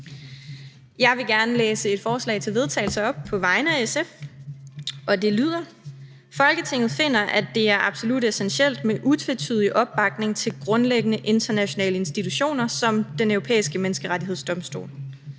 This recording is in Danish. Jeg vil gerne læse et forslag til vedtagelse op på vegne af SF, og det lyder: Forslag til vedtagelse »Folketinget finder, at det er absolut essentielt med utvetydig opbakning til grundlæggende internationale institutioner som Den Europæiske Menneskerettighedsdomstol.